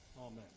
Amen